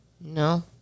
No